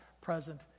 present